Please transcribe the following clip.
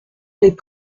les